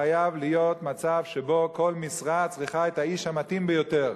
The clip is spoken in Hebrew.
חייב להיות מצב שבו כל משרה צריכה את האיש המתאים ביותר.